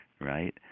right